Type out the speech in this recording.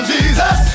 Jesus